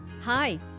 Hi